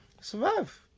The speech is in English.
survive